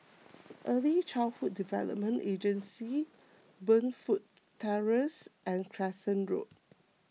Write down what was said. Early Childhood Development Agency Burnfoot Terrace and Crescent Road